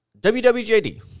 WWJD